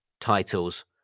titles